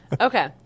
Okay